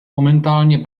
momentálně